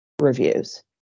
reviews